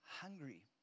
hungry